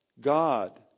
God